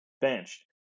benched